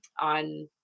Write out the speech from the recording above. on